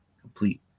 complete